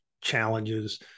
challenges